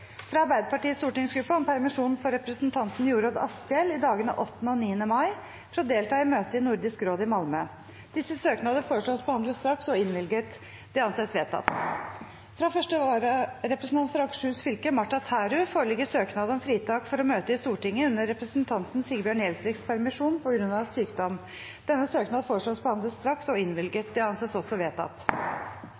fra Arbeiderpartiets stortingsgruppe om permisjon for representanten Jorodd Asphjell i dagene 8. og 9. mai for å delta i møte i Nordisk råd i Malmø Fra første vararepresentant for Akershus fylke, Martha Tærud , foreligger søknad om fritak for å møte i Stortinget under representanten Sigbjørn Gjelsviks permisjon, på grunn av sykdom. Etter forslag fra presidenten ble enstemmig besluttet: Søknadene behandles straks og